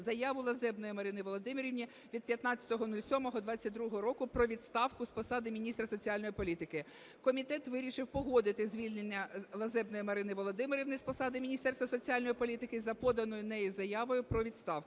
заяву Лазебної Марини Володимирівни від 15.07.2022 року про відставку з посади міністра соціальної політики. Комітет вирішив погодити звільнення Лазебної Марини Володимирівни з посади міністра соціальної політики за поданою нею заявою про відставку,